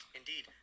indeed